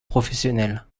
professionnels